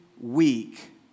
week